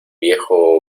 viejo